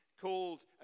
called